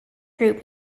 group